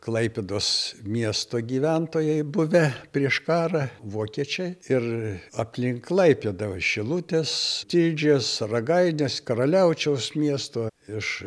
klaipėdos miesto gyventojai buvę prieš karą vokiečiai ir aplink klaipėdą šilutės tilžės ragainės karaliaučiaus miesto iš